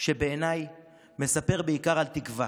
שבעיניי מספר בעיקר על תקווה.